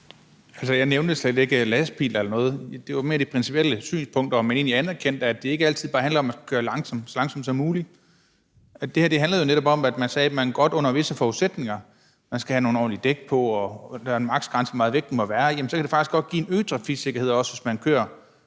Altså, jeg nævnte slet ikke lastbiler eller noget; det var mere det principielle synspunkt – altså om man egentlig anerkender, at det ikke altid bare handler om at køre langsomt, så langsomt som muligt, men at det her jo netop handlede om, at man sagde, at under visse forudsætninger – man skal have nogle ordentlige dæk, og der er en maksgrænse for, hvor meget vægten må være – kan det faktisk godt give en øget trafiksikkerhed, hvis man kører